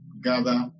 gather